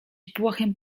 błahym